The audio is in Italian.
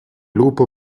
lupo